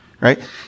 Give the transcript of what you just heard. right